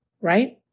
right